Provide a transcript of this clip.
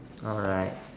alright